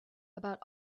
about